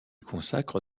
consacre